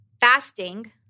fasting